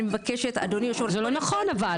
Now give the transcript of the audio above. אני מבקשת אדוני היושב ראש --- זה לא נכון אבל,